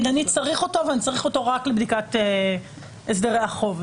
שהוא צריך אותו והוא צריך אותו רק לבדיקת הסדרי החוב.